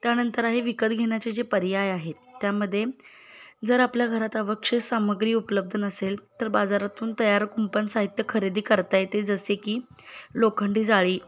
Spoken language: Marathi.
त्यानंतर आहे विकत घेण्याचे जे पर्याय आहेत त्यामध्ये जर आपल्या घरात आवश्यक सामग्री उपलब्ध नसेल तर बाजारातून तयार कुंपण साहित्य खरेदी करता येते जसे की लोखंडी जाळी